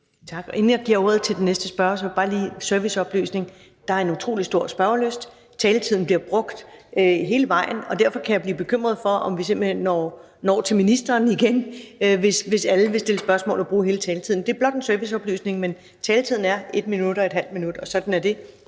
Tak. Inden jeg giver ordet til den næste spørger, vil jeg bare lige komme med en serviceoplysning: Der er en utrolig stor spørgelyst, taletiden bliver brugt fuldt ud, og derfor kan jeg blive bekymret for, om vi simpelt hen når til ministeren igen, hvis alle vil stille spørgsmål og bruge hele taletiden. Det er blot en serviceoplysning. Taletiden er 1 minut og så ½ minut, og sådan er det.